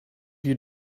you